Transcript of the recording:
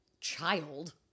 child